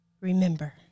Remember